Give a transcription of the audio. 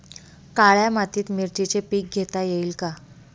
काळ्या मातीत मिरचीचे पीक घेता येईल का?